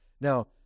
Now